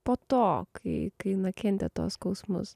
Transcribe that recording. po to kai kai na kentėt tuos skausmus